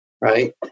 right